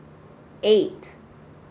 eight